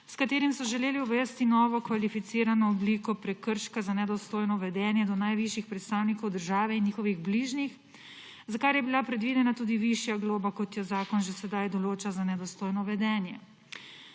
s katerim so želele uvesti novo kvalificirano obliko prekrška za nedostojno vedenje do najvišjih predstavnikov države in njihovih bližnjih, za kar je bila predvidena tudi višja globa, kot jo zakon že sedaj določa za nedostojno vedenje.